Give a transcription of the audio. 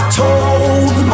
told